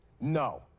No